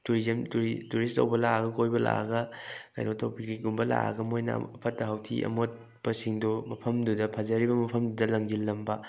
tourism tourist ꯇꯧꯕ ꯂꯥꯛꯂꯒ ꯀꯣꯏꯕ ꯂꯥꯛꯑꯒ ꯀꯩꯅꯣ ꯄꯤꯛꯅꯤꯛ ꯀꯨꯝꯕ ꯂꯥꯛꯂꯒ ꯃꯣꯏꯅ ꯐꯠꯇ ꯍꯥꯎꯗꯤ ꯑꯃꯣꯠꯄꯁꯤꯡꯗꯨ ꯃꯐꯝꯗꯨꯗ ꯐꯖꯔꯤꯕ ꯃꯐꯝꯗꯨꯅ ꯂꯪꯖꯤꯜꯂꯝꯕ